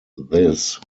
this